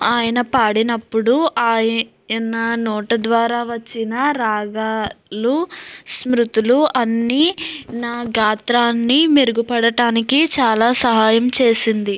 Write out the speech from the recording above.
ఆయన పాడినప్పుడు ఆయన నోటి ద్వారా వచ్చిన రాగాలు స్మృతులు అన్నీ నా గాత్రాన్ని మెరుగుపడటానికి చాలా సహాయం చేసింది